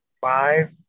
five